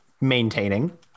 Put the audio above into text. maintaining